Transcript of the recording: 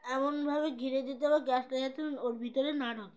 এমন ভাবে ঘিরে দিতে হবে গ্যাসটা যাতে ওর ভিতরে না ঢোকে